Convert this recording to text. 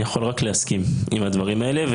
אני יכול רק להסכים עם הדברים האלה.